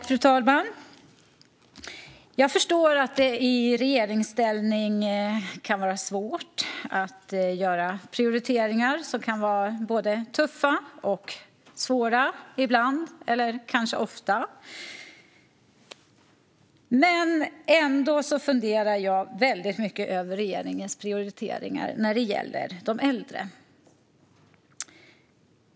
Fru talman! Jag förstår att det i regeringsställning kan vara svårt att göra prioriteringar som ofta är tuffa och svåra. Men jag funderar ändå mycket över regeringens prioriteringar när det gäller de äldre.